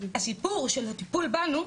שהסיפור של הטיפול בנו,